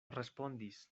respondis